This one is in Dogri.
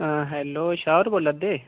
हैलो शाह होर बोला'रदे